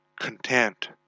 content